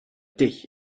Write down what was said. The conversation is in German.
dich